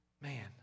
Man